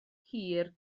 hir